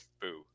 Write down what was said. boo